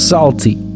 Salty